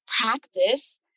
practice